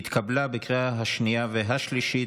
התקבלה בקריאה השנייה והשלישית,